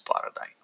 paradigm